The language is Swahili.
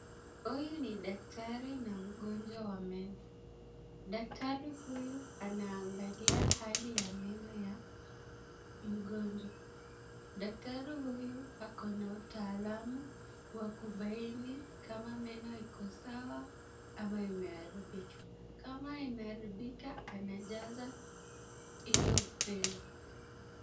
Huyu ni daktari na mgonjwa wa meno. Daktari huyu anaangali hali ya meno ya mgojwa. Daktari huyu ako na utaalamu wa kubaini kama meno iko sawa ama imeharibika, kama imeharibika anajaza hio pengo.